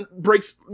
breaks